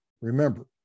Remember